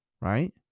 Right